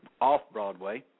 Off-Broadway